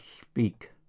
speak